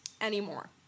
anymore